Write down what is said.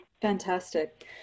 Fantastic